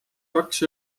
kaks